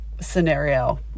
scenario